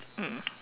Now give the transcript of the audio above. mm